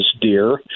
deer